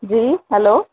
जी hello